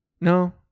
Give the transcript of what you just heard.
No